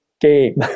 game